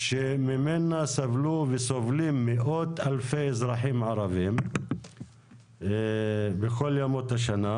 שממנה סבלו וסובלים מאות אלפי אזרחים ערבים בכל ימות השנה,